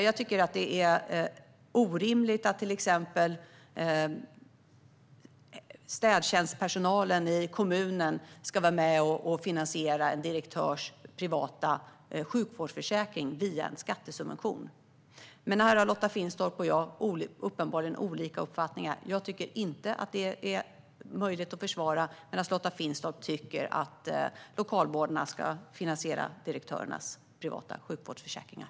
Jag tycker att det är orimligt att till exempel städpersonalen i kommunen ska vara med och finansiera en direktörs privata sjukvårdsförsäkring via en skattesubvention, men här har Lotta Finstorp och jag uppenbarligen olika uppfattningar. Jag tycker inte att det är möjligt att försvara, medan Lotta Finstorp tycker att lokalvårdarna ska finansiera direktörernas privata sjukvårdsförsäkringar.